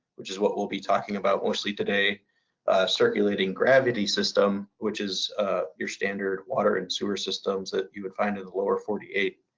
which is what we'll be talking about mostly today circulating gravity system, which is your standard water and sewer systems that you would find in the lower forty eight